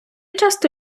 часто